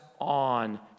on